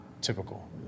typical